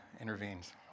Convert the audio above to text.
intervenes